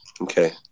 Okay